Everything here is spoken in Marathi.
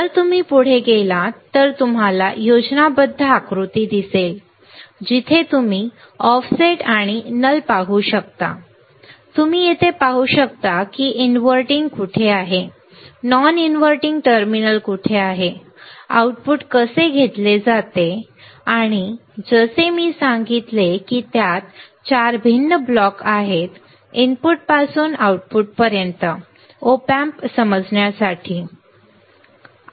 जर तुम्ही पुढे गेलात तर तुम्हाला योजनाबद्ध आकृती दिसेल जिथे तुम्ही ऑफसेट आणि नल पाहू शकता तुम्ही येथे पाहू शकता की इनव्हर्टिंग कुठे आहे नॉन इनव्हर्टिंग टर्मिनल कुठे आहे आउटपुट कसे घेतले जाते आणि जसे मी सांगितले की त्यात 4 भिन्न ब्लॉक आहेत इनपुट पासून आउटपुट पर्यंत op amp समजण्यासाठी